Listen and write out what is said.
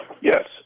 Yes